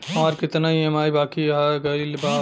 हमार कितना ई ई.एम.आई बाकी रह गइल हौ?